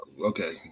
Okay